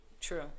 True